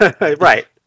Right